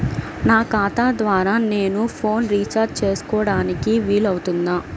నా ఖాతా ద్వారా నేను ఫోన్ రీఛార్జ్ చేసుకోవడానికి వీలు అవుతుందా?